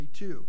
22